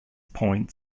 point